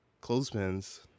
Clothespins